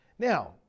Now